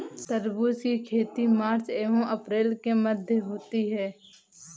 तरबूज की खेती मार्च एंव अप्रैल के मध्य होती है